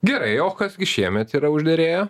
gerai o kas gi šiemet yra užderėję